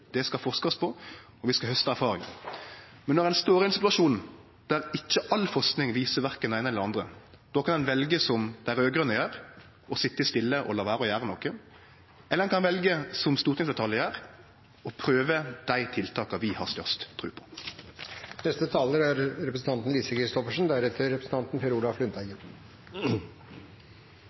Vi skal følgje tett korleis utviklinga blir, det skal det forskast på, og vi skal hauste erfaringar. Men når ein står i ein situasjon der ikkje all forsking viser korkje det eine eller det andre, kan ein velje slik som dei raud-grøne gjer, og sitje stille og la vere å gjere noko, eller ein kan velje slik som stortingsfleirtalet gjer, og prøve dei tiltaka vi har størst tru